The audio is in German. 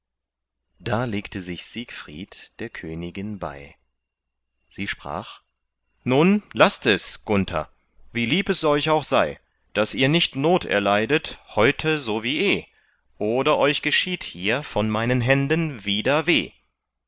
da legte sich siegfried der königin bei sie sprach nun laßt es gunther wie lieb es euch auch sei daß ihr nicht not erleidet heute so wie eh oder euch geschieht hier von meinen händen wieder weh